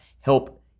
help